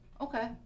Okay